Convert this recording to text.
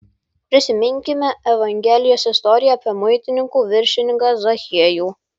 prisiminkime evangelijos istoriją apie muitininkų viršininką zachiejų